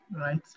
right